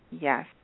yes